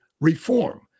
reform